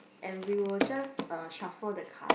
and we will just uh shuffle the card